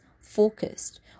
focused